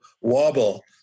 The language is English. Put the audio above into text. wobble